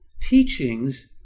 teachings